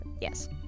Yes